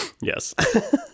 Yes